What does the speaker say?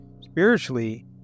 spiritually